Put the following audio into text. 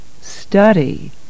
study